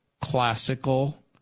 classical